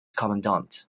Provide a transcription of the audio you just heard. commandant